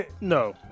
No